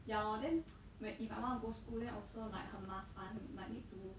ya lor then whe~ if I wanna go school then also like 很麻烦 like need to